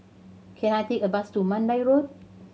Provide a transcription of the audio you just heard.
can I take a bus to Mandai Road